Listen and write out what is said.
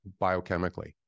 biochemically